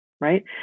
right